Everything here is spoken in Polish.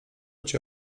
cię